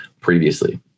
previously